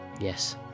yes